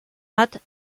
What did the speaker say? hat